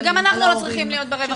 גם אנחנו לא צריכים להיות ברווחה.